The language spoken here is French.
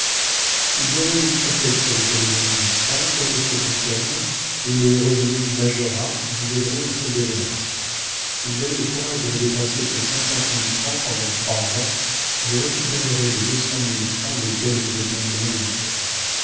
vous aurez l'hypothèque sur l'hôtel évangélista pour le second terme et les revenus du majorat vous aideront à solder le reste si vous avez le courage de ne dépenser que cinquante mille francs pendant trois ans vous récupérerez les deux cent mille francs desquels vous êtes maintenant débiteur